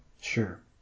Sure